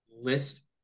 list